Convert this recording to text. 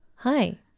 hi